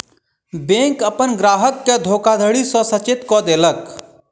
bank अपन ग्राहक के धोखाधड़ी सॅ सचेत कअ देलक